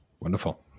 Wonderful